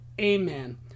amen